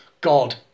God